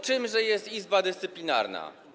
Czymże jest Izba Dyscyplinarna?